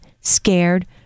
Scared